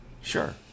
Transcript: Sure